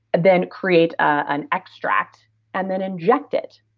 then create an extract and then inject it.